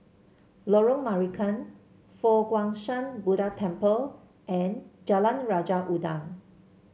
Lorong Marican Fo Guang Shan Buddha Temple and Jalan Raja Udang